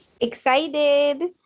Excited